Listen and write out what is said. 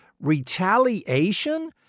Retaliation